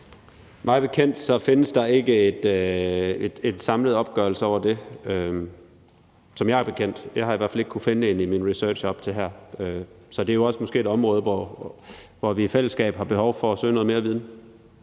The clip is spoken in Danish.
Mig bekendt findes der ikke en samlet opgørelse over det – mig bekendt. Jeg har i hvert fald ikke kunnet finde en i min research op til det her. Så det er jo også måske et område, hvor vi i fællesskab har behov for at søge noget mere viden.